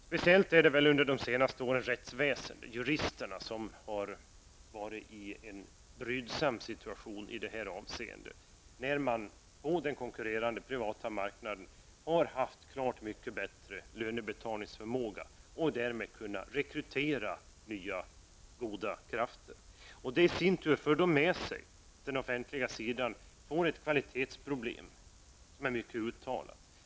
Speciellt har detta under de senaste åren gällt rättsväsendet, juristerna, som har befunnit sig i en brydsam situation i det här avseendet, när man på den konkurrerande privata marknaden haft klart mycket bättre lönebetalningsförmåga och därmed kunnat rekrytera nya goda krafter. Detta för med sig att den offentliga sidan får ett kvalitetsproblem som är mycket uttalat.